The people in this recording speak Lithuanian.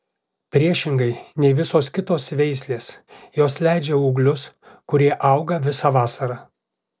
priešingai nei visos kitos veislės jos leidžia ūglius kurie auga visą vasarą